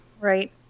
Right